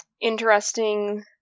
interesting